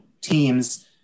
teams